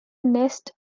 nest